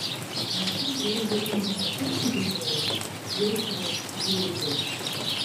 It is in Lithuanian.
maša žvelgė į mane taip įdėmiai jog net žeidė